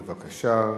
בבקשה.